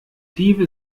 diebe